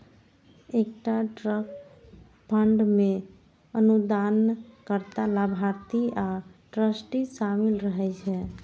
एकटा trust fund मे अनुदानकर्ता, लाभार्थी आ ट्रस्टी शामिल रहै छै